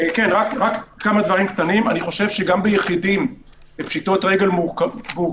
שגם ביחידים, בפשיטות רגל מורכבות,